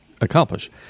accomplish